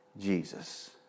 Jesus